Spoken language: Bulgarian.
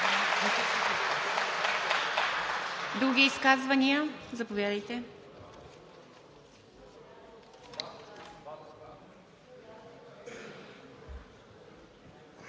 Други изказвания? Заповядайте.